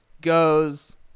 goes